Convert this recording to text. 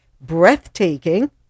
breathtaking